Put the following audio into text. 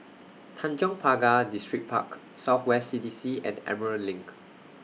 Tanjong Pagar Distripark South West C D C and Emerald LINK